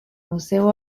museo